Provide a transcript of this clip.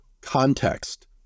context